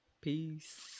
Peace